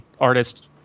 artist